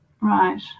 Right